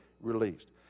released